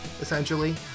essentially